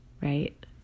right